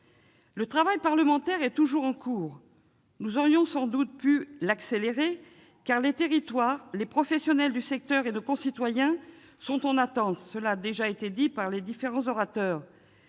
Le travail parlementaire est toujours en cours. Nous aurions sans doute pu l'accélérer, car les territoires, les professionnels du secteur et nos concitoyens sont dans l'attente- cela a déjà été souligné. Depuis